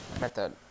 method